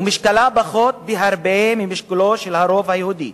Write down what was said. ומשקלה פחות בהרבה ממשקלו של הרוב היהודי,